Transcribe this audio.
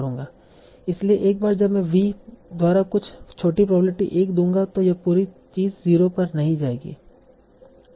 इसलिए एक बार जब मैं V द्वारा कुछ छोटी प्रोबेबिलिटी 1 दूंगा तों यह पूरी चीज 0 पर नहीं जाएगी